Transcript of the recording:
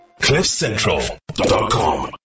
cliffcentral.com